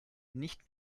nicht